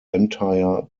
entire